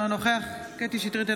אינו נוכח קטי קטרין שטרית,